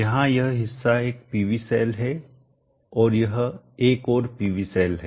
यहाँ यह हिस्सा एक PV सेल है और यह एक और PV सेल है